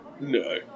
No